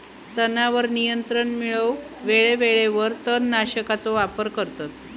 तणावर नियंत्रण मिळवूक वेळेवेळेवर तण नाशकांचो वापर करतत